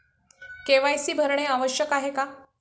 KYC भरणे आवश्यक आहे का?